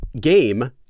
game